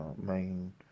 main